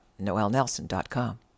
noelnelson.com